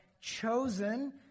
chosen